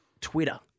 Twitter